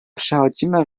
przechodzimy